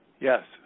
Yes